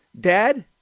Dad